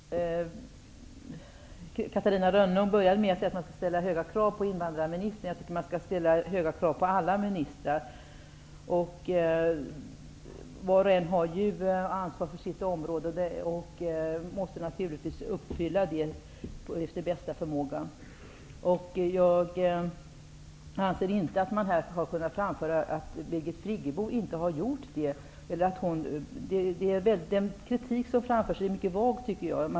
Herr talman! Catarina Rönnung inledde med att säga att man skall ställa höga krav på invandrarministern. Jag tycker att man skall ställa höga krav på alla ministrar. Var och en har ju ansvar för sitt område, och detta ansvar måste de naturligtvis uppfylla efter bästa förmåga. Jag anser att Birgit Friggebo har gjort det. Den kritik som framförs är mycket vag, tycker jag.